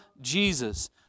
Jesus